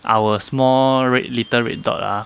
our small red little red dot ah